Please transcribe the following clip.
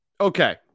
Okay